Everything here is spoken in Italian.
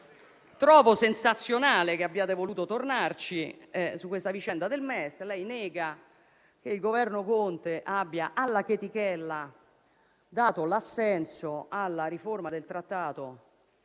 trovo sensazionale che abbiate voluto tornarci: lei nega che il Governo Conte abbia alla chetichella dato l'assenso alla riforma del trattato